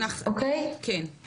תודה לינא.